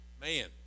Man